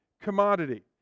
commodity